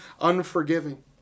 unforgiving